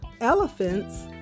elephants